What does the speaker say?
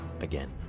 again